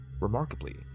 Remarkably